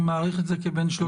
אתה מעריך את זה כבין 300 ל-500.